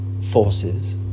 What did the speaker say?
forces